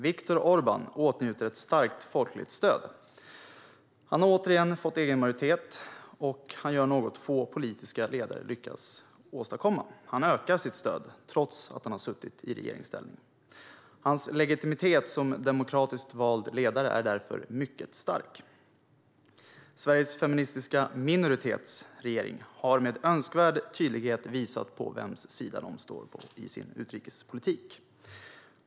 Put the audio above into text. Viktor Orbán åtnjuter ett starkt folkligt stöd. Han har återigen fått egen majoritet, och han gör något som få politiska ledare lyckats åstadkomma: Hans stöd ökar, trots att han har suttit i regeringsställning. Hans legitimitet som demokratiskt vald ledare är därför mycket stark. Sveriges feministiska minoritetsregering har med önskvärd tydlighet visat på vems sida man står på i sin utrikespolitik.